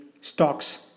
stock's